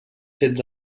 fets